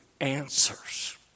answers